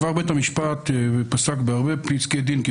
בית המשפט כבר פסק בעבר בפסקי דין רבים,